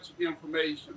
information